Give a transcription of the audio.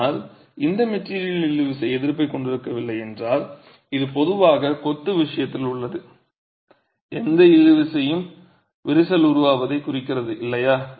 ஆனால் இந்த மெட்டிரியல் இழுவிசை எதிர்ப்பைக் கொண்டிருக்கவில்லை என்றால் இது பொதுவாக கொத்து விஷயத்தில் உள்ளது எந்த இழுவிசையும் விரிசல் உருவாவதைக் குறிக்கிறது இல்லையா